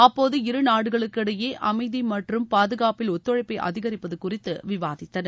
அப்போது இரு நாடுகளுக்கு இடையே அமைதி மற்றும் பாதுகாப்பில் ஒத்துழைப்பை அதிகரிப்பது குறித்து விவாதித்தனர்